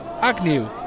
Agnew